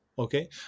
Okay